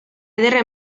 ederra